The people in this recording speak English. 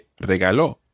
regaló